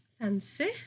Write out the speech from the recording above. Fancy